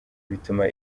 bituma